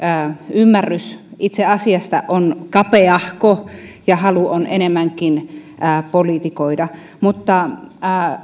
ymmärrys itse asiasta on kapeahko ja halu on enemmänkin politikoida mutta